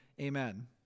Amen